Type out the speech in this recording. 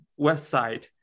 website